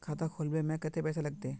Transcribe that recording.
खाता खोलबे में कते पैसा लगते?